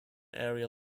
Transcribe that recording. area